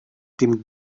dem